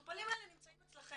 שהמטופלים האלה נמצאים אצלכם.